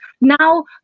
now